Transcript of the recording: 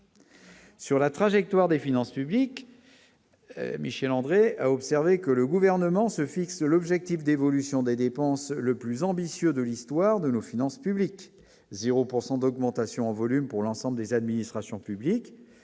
Sur la trajectoire des finances publiques. Michèle André, a observé que le gouvernement se fixe l'objectif d'évolution des dépenses le plus ambitieux de l'histoire de nos finances publiques 0 pourcent d'augmentation en volume pour l'ensemble des administrations publiques